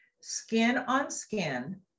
skin-on-skin